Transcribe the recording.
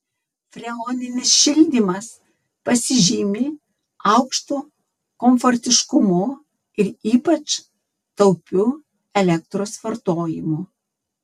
freoninis šildymas pasižymi aukštu komfortiškumu ir ypač taupiu elektros vartojimu